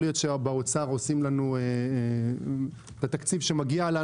יכול להיות שבאוצר עושים משא ומתן על התקציב שמגיע לנו.